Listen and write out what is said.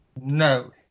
No